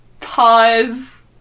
Pause